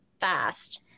fast